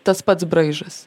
tas pats braižas